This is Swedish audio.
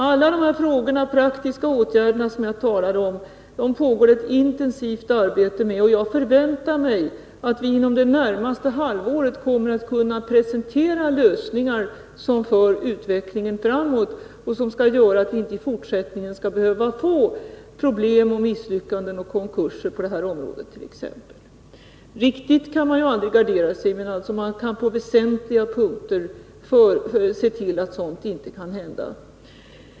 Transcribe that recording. Alla de frågor och praktiska åtgärder som jag har talat om pågår det ett intensivt arbete med, och jag förväntar mig att vi inom det närmaste halvåret kan presentera lösningar som för utvecklingen framåt och som gör att vi i fortsättningen inte skall behöva få problem, misslyckanden och konkurser på det här området t.ex. Helt kan man ju aldrig gardera sig, men man kan på väsentliga punkter se till att sådant inte kan hända.